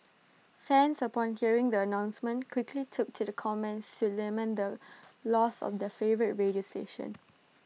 fans upon hearing the announcement quickly took to the comments to lament the loss of their favourite radio station